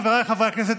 חבריי חברי הכנסת,